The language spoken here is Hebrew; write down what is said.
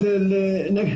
המסחור.